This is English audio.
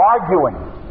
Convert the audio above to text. arguing